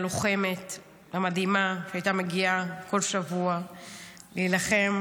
הלוחמת המדהימה שהייתה מגיעה כל שבוע להילחם